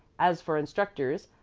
as for instructors,